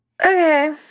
Okay